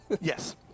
Yes